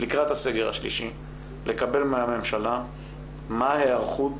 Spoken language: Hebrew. לקראת הסגר השלישי לקבל מהממשלה מה היערכות